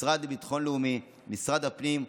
משרד הביטחון הלאומי ומשרד הפנים,